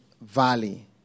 valley